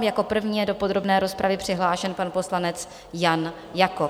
Jako první je do podrobné rozpravy přihlášen pan poslanec Jan Jakob.